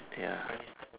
ya